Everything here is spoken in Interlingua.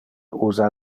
usa